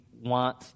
want